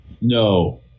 No